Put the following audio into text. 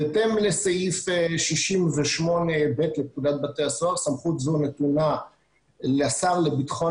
בהתאם לסעיף 68ב לפקודת בתי הסוהר סמכות זו נתונה לשר לבטחון